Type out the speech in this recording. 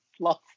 Fluff